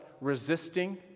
resisting